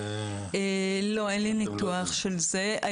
לא, אין לי ניתוח של זה.